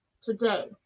today